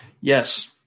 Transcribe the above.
Yes